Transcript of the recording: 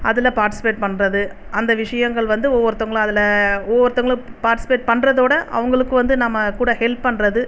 அதில் பார்ட்சிபேட் பண்ணுறது அந்த விஷயங்கள் வந்து ஒவ்வொருத்தவர்களும் அதில் ஒவ்வொருத்தவர்களும் பார்ட்சிபேட் பண்ணுறதோட அவங்களுக்கு வந்து நம்ம கூட ஹெல்ப் பண்ணுறது